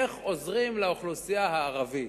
דובר על איך עוזרים לאוכלוסייה הערבית.